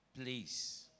please